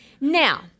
Now